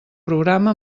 programa